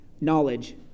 knowledge